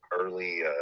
early